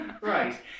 Right